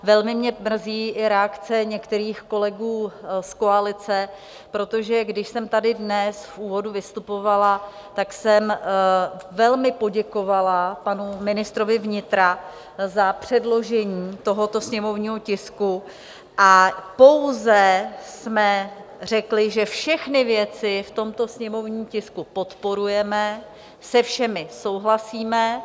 Velmi mě mrzí i reakce některých kolegů z koalice, protože když jsem tady dnes v úvodu vystupovala, tak jsem velmi poděkovala panu ministrovi vnitra za předložení tohoto sněmovního tisku a pouze jsme řekli, že všechny věci v tomto sněmovním tisku podporujeme, se všemi souhlasíme.